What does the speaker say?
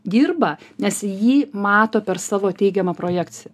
dirba nes jį mato per savo teigiamą projekciją